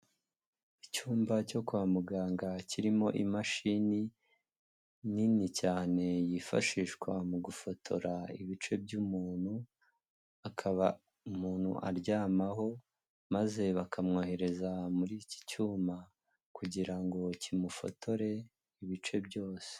Icyumba cyo kwa muganga kirimo imashini nini cyane yifashishwa mu gufotora ibice by'umuntu, akaba umuntu aryamaho maze bakamwohereza muri iki cyuma kugira ngo kimufotore ibice byose.